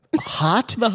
hot